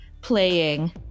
playing